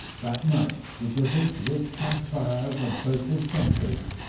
that night, the british lit campfires and posted sentries,